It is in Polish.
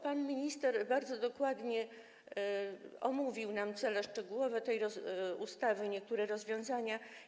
Pan minister bardzo dokładnie omówił cele szczegółowe tej ustawy, jej niektóre rozwiązania.